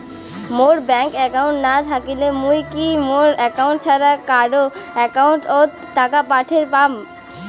মোর bank account না থাকিলে মুই কি মোর একাউন্ট ছাড়া কারো একাউন্ট অত টাকা পাঠের পাম?